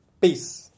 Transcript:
Peace